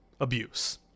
abuse